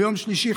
ביום שלישי,